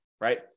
right